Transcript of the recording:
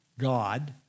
God